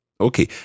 Okay